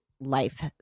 life